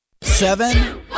Seven